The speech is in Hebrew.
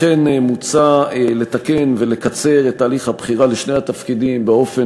לכן מוצע לתקן ולקצר את תהליך הבחירה בשני התפקידים באופן